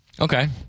Okay